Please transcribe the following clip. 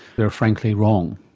they are frankly wrong?